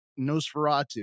Nosferatu